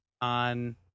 on